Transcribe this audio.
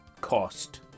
cost